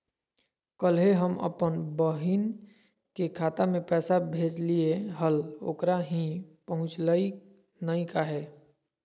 कल्हे हम अपन बहिन के खाता में पैसा भेजलिए हल, ओकरा ही पहुँचलई नई काहे?